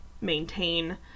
maintain